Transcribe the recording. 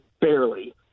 barely